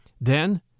Then